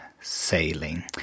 sailing